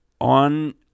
on